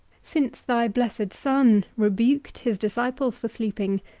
since thy blessed son rebuked his disciples for sleeping,